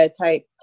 type